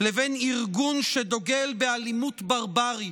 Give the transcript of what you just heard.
לבין ארגון שדוגל באלימות ברברית,